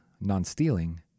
non-stealing